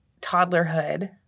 toddlerhood